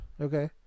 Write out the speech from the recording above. Okay